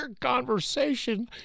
conversation